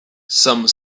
some